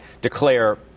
declare